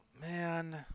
man